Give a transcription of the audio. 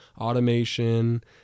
automation